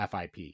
FIP